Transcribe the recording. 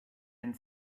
and